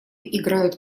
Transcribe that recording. играют